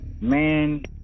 Man